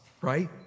right